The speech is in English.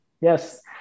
Yes